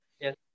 yes